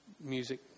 music